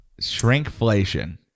shrinkflation